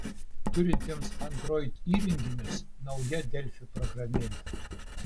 turintiems android įrenginius nauja delfi programėlė